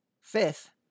fifth